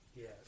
Yes